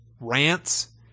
rants